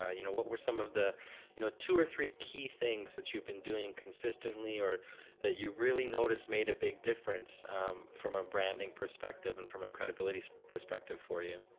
ah you know what were some of the you know two or three key things that you've been doing consistently or that you really noticed made a big difference from a branding perspective or and from a credibility perspective for you?